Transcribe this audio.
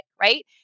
Right